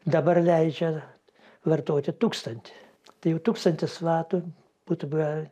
dabar leidžia vartoti tūkstantį tai jau tūkstantis vatų būtų buvę